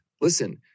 listen